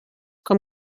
com